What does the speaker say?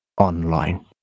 online